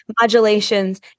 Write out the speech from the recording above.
modulations